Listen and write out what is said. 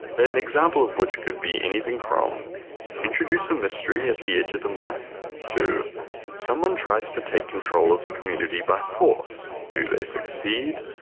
an example of which could be anything from introduce a mystery at the edge of the map to someone tries to take control of the community by force. do they succeed?